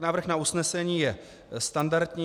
Návrh na usnesení je standardní.